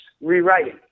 rewriting